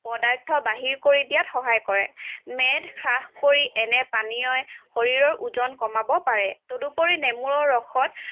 পদাৰ্থ বাহিৰ কৰি দিয়াত সহায় কৰে মেদ হ্ৰাস কৰি এনে পানীয়ই শৰীৰৰ ওজন কমাব পাৰে তদুপৰি নেমুৰ ৰসত